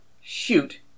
shoot